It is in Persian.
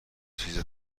چیز